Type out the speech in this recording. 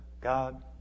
God